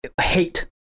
hate